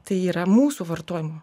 tai yra mūsų vartojimo